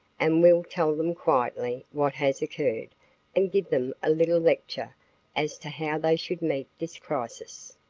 and we'll tell them quietly what has occurred and give them a little lecture as to how they should meet this crisis.